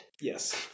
Yes